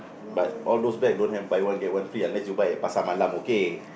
but all those bag don't have buy one get one free unless you buy from Pasar-Malam okay